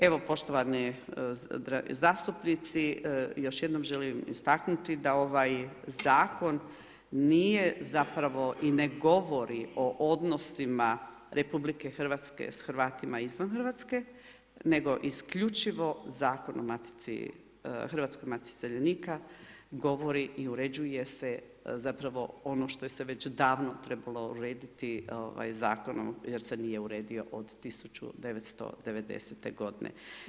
Evo poštovani zastupnici još jednom želim istaknuti da ovaj zakon nije zapravo i ne govori o odnosima RH s Hrvatima izvan Hrvatske nego isključivo Zakon o matici, Hrvatskoj matici iseljenika govori i uređuje se zapravo ono što se već davno trebalo urediti zakonom jer se nije uredio od 1990. godine.